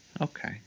Okay